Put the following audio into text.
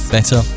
Better